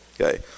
Okay